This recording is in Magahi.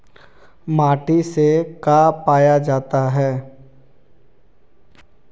माटी से का पाया जाता है?